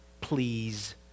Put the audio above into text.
please